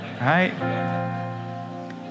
right